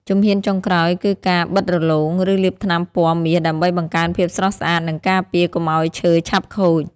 ជំហានចុងក្រោយគឺការបិតរលោង ឬលាបថ្នាំពណ៌មាសដើម្បីបង្កើនភាពស្រស់ស្អាត និងការពារកុំឱ្យឈើឆាប់ខូច។